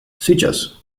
switches